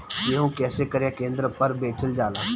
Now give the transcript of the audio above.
गेहू कैसे क्रय केन्द्र पर बेचल जाला?